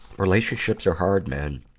relationships are hard, man.